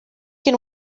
can